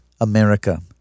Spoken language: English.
America